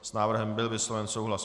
S návrhem byl vysloven souhlas.